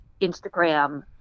instagram